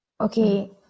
Okay